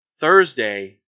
Thursday